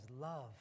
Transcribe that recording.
love